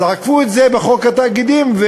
אז עקפו את זה בחוק התאגידים.